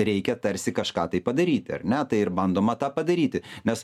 reikia tarsi kažką tai padaryti ar ne tai ir bandoma tą padaryti nes